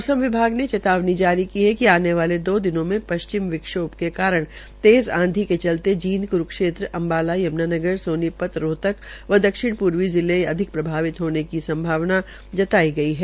मौमस विभाग ने चेतावनी जारी की है कि आने वाले दो दिनों में पश्चिमी विक्षोम के कारण तेज़ आंधी के चलते जींद कुरूक्षेत्र अम्बाला यमुनानगर सोनीपत सोनीपत व दक्षिण पूर्वी जिले अधिक प्रभावित होने की संभावना जताई गई है